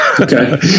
Okay